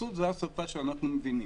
אפוטרופסות זו השפה שאנחנו מבינים.